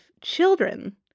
children